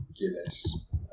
Guinness